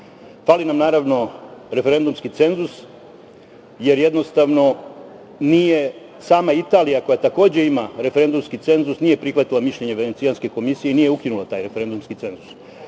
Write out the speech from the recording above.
nam, naravno, referendumski cenzus, jer, jednostavno, nije… Sama Italija, koja takođe ima referendumski cenzus, nije prihvatila mišljenje Venecijanske komisije i nije ukinula taj referendumski cenzus.